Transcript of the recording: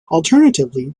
alternatively